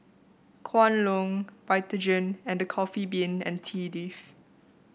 Kwan Loong Vitagen and The Coffee Bean and Tea Leaf